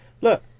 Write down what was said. look